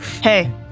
hey